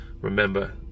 remember